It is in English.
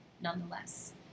nonetheless